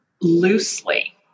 loosely